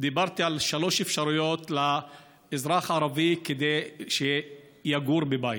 דיברתי על שלוש אפשרויות לאזרח הערבי כדי שיגור בבית: